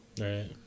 Right